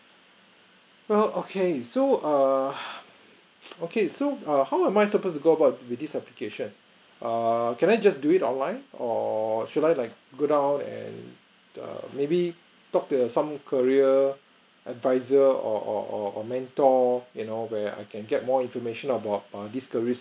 oh okay so err okay so err how am I supposed to go about with this application err can I just do it online or should I like go down and err maybe talk to your some career advisor or or or or mentor you know where I can get more information about err this career